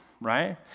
right